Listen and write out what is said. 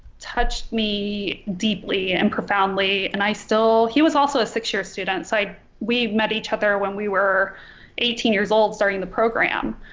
touched me deeply and profoundly and i still he was also a six year student. so we met each other when we were eighteen years old starting the program